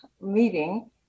meeting